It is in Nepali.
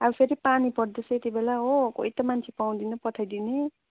अब फेरि पानी पर्दैछ यति बेला हो कोही त मान्छे पाँउदैन पठाइदिने